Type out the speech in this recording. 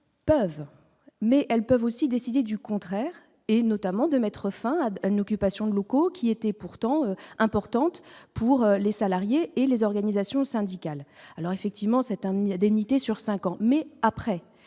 peuvent mais elles peuvent aussi décider du contraire et notamment de mettre fin à d'une occupation de locaux qui étaient pourtant pour les salariés et les organisations syndicales, alors effectivement c'est un demi adénite et sur 5 ans, mais après